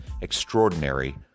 extraordinary